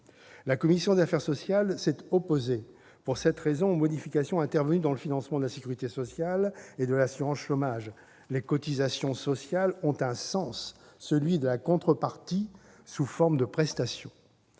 La commission des affaires sociales s'est opposée, pour cette raison, aux modifications intervenues dans le financement de la sécurité sociale et de l'assurance-chômage. Les cotisations sociales ont un sens, celui de la contrepartie sous forme de prestation.